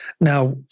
now